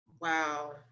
Wow